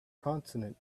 consonant